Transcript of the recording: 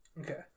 Okay